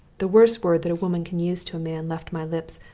the worst word that a woman can use to a man, left my lips,